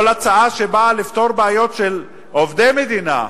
כל הצעה שבאה לפתור בעיות של עובדי מדינה,